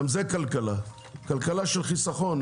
גם זה כלכלה; כלכלה של חיסכון,